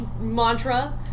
mantra